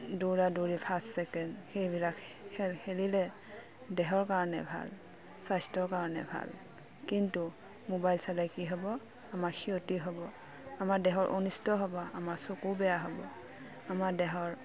দৌৰা দৌৰি first second সেইবিলাক খেল খেলিলে দেহৰ কাৰণে ভাল স্বাস্থ্যৰ কাৰণে ভাল কিন্তু মোবাইল চালে কি হ'ব আমাৰ ক্ষতি হ'ব আমাৰ দেহৰ অনিষ্ট হ'ব আমাৰ চকুও বেয়া হ'ব আমাৰ দেহৰ